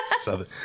Southern